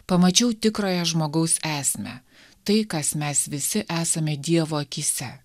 pamačiau tikrąją žmogaus esmę tai kas mes visi esame dievo akyse